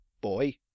Boy